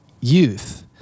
youth